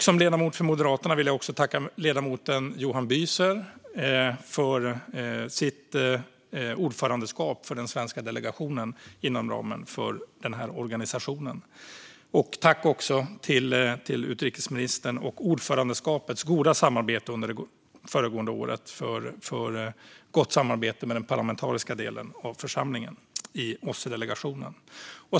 Som ledamot för Moderaterna vill jag också tacka ledamoten Johan Büser för hans ordförandeskap för den svenska delegationen inom ramen för organisationen. Jag vill också tacka utrikesministern och ordförandeskapet för gott samarbete under det föregående året med den parlamentariska delen av församlingen i OSSE-delegationen.